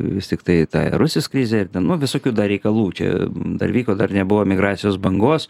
vis tiktai tai ta ir rusijos krizė nu visokių reikalų čia dar vyko dar nebuvo emigracijos bangos